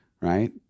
right